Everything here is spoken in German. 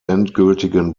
endgültigen